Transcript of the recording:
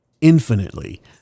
infinitely